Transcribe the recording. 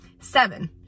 seven